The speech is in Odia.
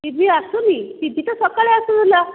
ଟି ଭି ଆସୁନି ଟି ଭି ତ ସକାଳେ ଆସୁଥିଲା